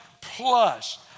Plus